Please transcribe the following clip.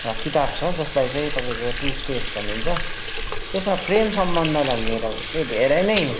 एउटा किताब छ जसलाई चाहिँ तपाईँको टु स्टेटस् भनिन्छ त्यसमा प्रेम सम्बन्धलाई लिएर उसले धेरै नै